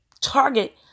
target